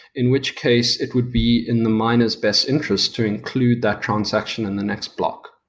in which case, it would be in the miner s best interest to include that transaction in the next block.